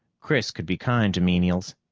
chris could be kind to menials.